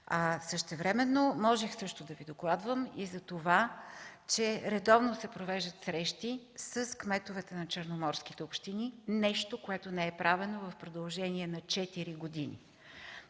Същевременно можех също да Ви докладвам и за това, че редовно се провеждат срещи с кметовете на Черноморските общини – нещо, което не е правено в продължение на четири години.